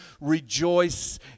rejoice